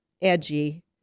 edgy